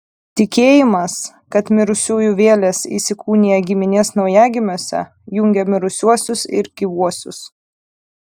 tikėjimas kad mirusiųjų vėlės įsikūnija giminės naujagimiuose jungė mirusiuosius ir gyvuosius